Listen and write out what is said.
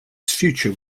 future